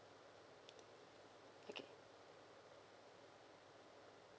okay